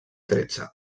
tretze